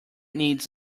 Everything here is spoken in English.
needs